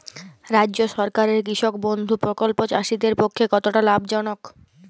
রাজ্য সরকারের কৃষক বন্ধু প্রকল্প চাষীদের পক্ষে কতটা লাভজনক?